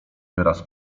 wyraz